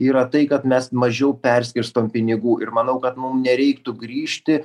yra tai kad mes mažiau perskirstom pinigų ir manau kad mum nereiktų grįžti